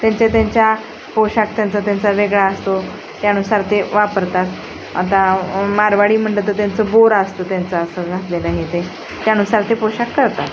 त्यांचे त्यांच्या पोशाख त्यांचा त्यांचा वेगळा असतो त्यानुसार ते वापरतात आता मारवाडी म्हटलं तर त्यांचं बोर असतं त्यांचा असं घातलेलं हे ते त्यानुसार ते पोशाख करतात